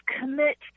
commit